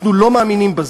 אנחנו לא מאמינים בזה.